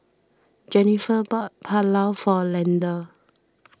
Jenifer bought Pulao for Leander